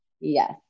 Yes